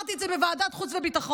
אמרתי את זה בוועדת החוץ והביטחון.